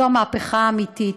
זאת המהפכה האמיתית.